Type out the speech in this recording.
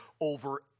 over